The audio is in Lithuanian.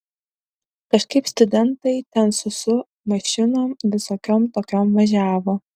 kažkaip studentai ten su su mašinom visokiom tokiom važiavo